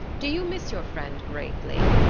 do you miss your friend greatly?